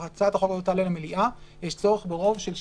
כשהצעת החוק הזאת תעלה למליאה יש צורך ברוב של 61,